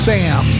Sam